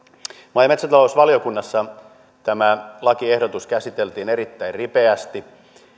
maa ja metsätalousvaliokunnassa tämä lakiehdotus käsiteltiin erittäin ripeästi